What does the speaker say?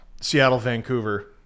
Seattle-Vancouver